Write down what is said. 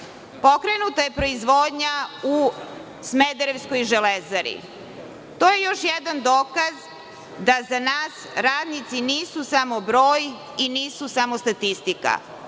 Pokrenuta je proizvodnja u Smederevskoj železari. To je još jedan dokaz da za nas radnici nisu samo broj i nisu samo statistika.